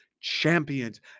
champions